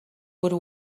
would